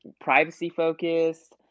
privacy-focused